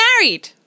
married